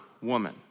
woman